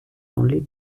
only